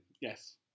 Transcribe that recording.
Yes